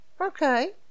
Okay